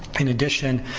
in addition,